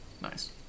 Nice